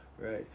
right